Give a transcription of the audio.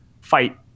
fight